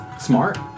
Smart